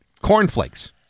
Cornflakes